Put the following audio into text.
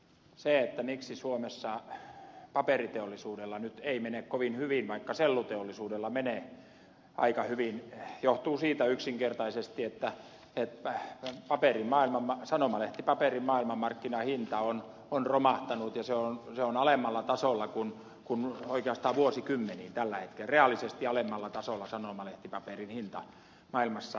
se miksi suomessa paperiteollisuudella nyt ei mene kovin hyvin vaikka selluteollisuudella menee aika hyvin johtuu siitä yksinkertaisesti että sanomalehtipaperin maailmanmarkkinahinta on romahtanut ja se on alemmalla tasolla kuin oikeastaan vuosikymmeniin tällä hetkellä reaalisesti alemmalla tasolla sanomalehtipaperin hinta maailmassa